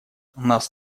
нас